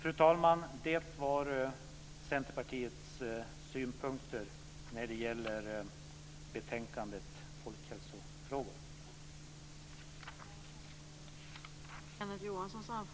Fru talman! Det var Centerpartiets synpunkter när det gäller betänkandet Folkhälsofrågor m.m.